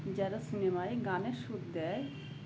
যারা সিনমায় গানের সুর দেয়